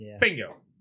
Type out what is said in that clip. Bingo